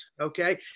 okay